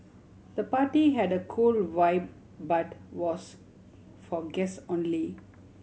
the party had a cool vibe but was for guest only